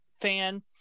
fan